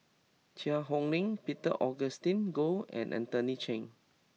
Cheang Hong Lim Peter Augustine Goh and Anthony Chen